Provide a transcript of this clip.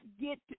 get –